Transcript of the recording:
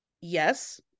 yes